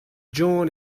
john